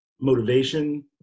motivation